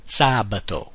sabato